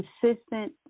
consistent